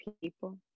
people